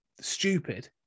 stupid